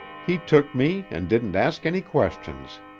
he took me and didn't ask any questions.